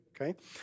Okay